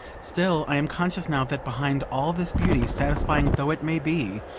still, i am conscious now that behind all this beauty, satisfying though it may be,